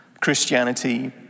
Christianity